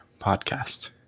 podcast